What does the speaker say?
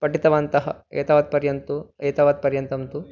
पठितवन्तः एतावत्पर्यन्तम् एतावत् पर्यन्तं तु